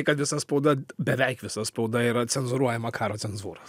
kad visa spauda beveik visa spauda yra cenzūruojama karo cenzūros